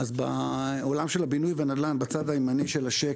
בעולם של הבינוי והנדל"ן אנחנו רואים